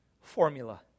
formula